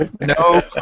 No